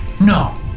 No